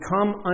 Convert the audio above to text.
come